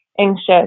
anxious